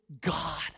God